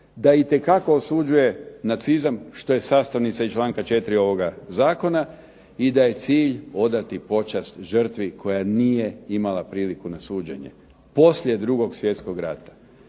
da apsolutno osuđuje nacizam što je sastavnica članka 4. ovog Zakona i da je cilj odati počast žrtvi koja nije imala priliku na suđenje, poslije 2. Svjetskog rata.